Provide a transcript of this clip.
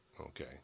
Okay